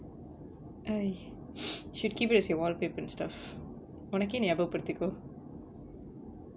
I should keep it as a wallpaper and stuff உனக்கே ஞாபக படுத்திக்கோ:unakkae nabaga paduthikko